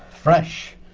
fresh!